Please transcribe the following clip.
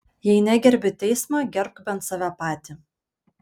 jei negerbi teismo gerbk bent save patį